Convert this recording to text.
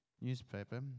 newspaper